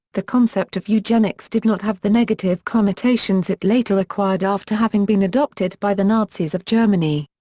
the concept of eugenics did not have the negative connotations it later acquired after having been adopted by the nazis of germany.